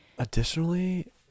Additionally